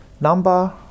number